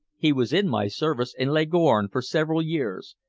he was in my service in leghorn for several years,